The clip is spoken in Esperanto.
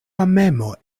amemo